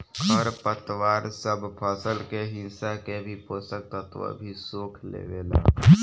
खर पतवार सब फसल के हिस्सा के भी पोषक तत्व भी सोख लेवेला